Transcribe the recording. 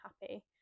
happy